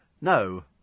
no